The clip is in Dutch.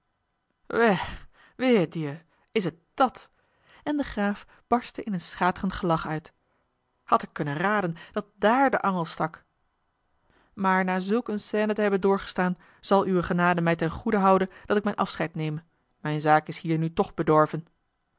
wehe dir is het dàt en de graaf barstte in een schaterend gelach uit had ik kunnen raden dat dààr de angel stak maar na zulk eene scène te hebben doorgestaan zal uwe genade mij ten goede houden dat ik mijn afscheid neme mijne zaak is hier nu toch bedorven